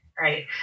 right